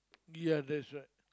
ya that's right